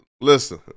Listen